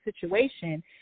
situation